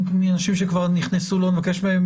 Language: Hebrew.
מאנשים שכבר נכנסו לא נבקש מהם,